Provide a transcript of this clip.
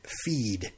feed